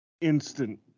instant